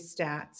stats